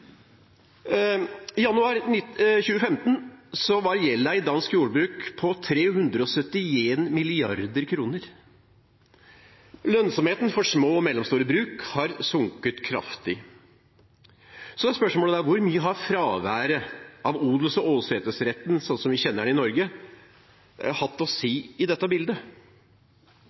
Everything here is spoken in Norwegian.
I januar 2015 var gjelden i dansk jordbruk på 371 mrd. kr. Lønnsomheten for små og mellomstore bruk har sunket kraftig. Spørsmålet er da: Hvor mye har fraværet av odels- og åsetesretten, slik vi kjenner den i Norge, hatt å si i dette bildet?